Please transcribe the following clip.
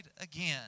again